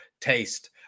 taste